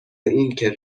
اینکه